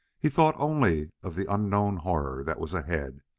he thought only of the unknown horror that was ahead,